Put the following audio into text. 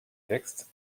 texte